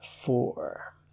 Four